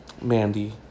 Mandy